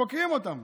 חוקרים אותם.